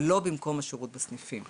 אבל לא במקום השירות בסניפים.